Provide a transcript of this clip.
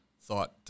thought